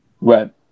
Right